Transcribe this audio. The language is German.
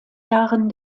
jahren